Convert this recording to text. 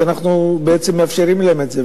שאנחנו בעצם מאפשרים להן את זה,